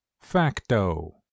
Facto